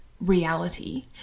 reality